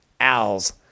Owls